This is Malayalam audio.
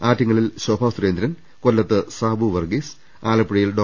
ആറ്റിങ്ങലിൽ ശോഭാസുരേന്ദ്രൻ കൊല്ലത്ത് സാബു വർഗീസ് ആലപ്പുഴയിൽ ഡോ